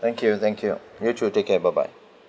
thank you thank you you too take care bye bye